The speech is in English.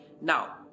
Now